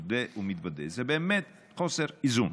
מודה ומתוודה, זה באמת חוסר איזון.